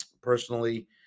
personally